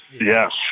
yes